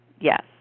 Yes